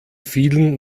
vielen